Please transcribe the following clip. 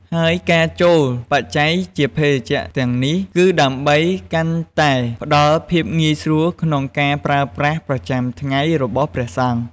ហើយការចូលបច្ច័យជាភេសជ្ជៈទាំងនេះ គឺដើម្បីកាន់តែផ្ដល់ភាពងាយស្រួលក្នុងការប្រើប្រាស់ប្រចាំថ្ងៃរបស់ព្រះសង្ឃ។